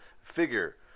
figure